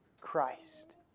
Christ